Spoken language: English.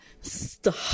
Stop